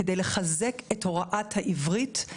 כדי לחזק את הוראת העברית,